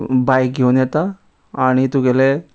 बायक घेवन येता आनी तुगेले